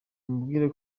ambwira